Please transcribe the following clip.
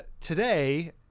today